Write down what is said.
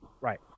Right